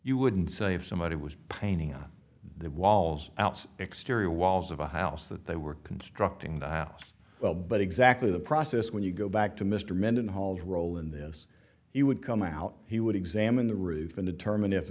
you wouldn't say if somebody was painting on the walls outside exterior walls of a house that they were constructing the house well but exactly the process when you go back to mr mendenhall role in this he would come out he would examine the roof and determine if